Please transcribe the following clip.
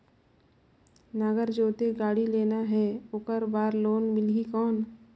नागर जोते गाड़ी लेना हे ओकर बार लोन मिलही कौन?